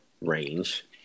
range